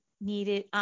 needed